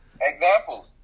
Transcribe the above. Examples